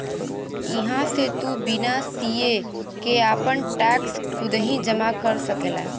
इहां से तू बिना सीए के आपन टैक्स खुदही जमा कर सकला